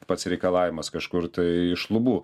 pats reikalavimas kažkur tai iš lubų